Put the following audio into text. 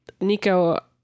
nico